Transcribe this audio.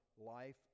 life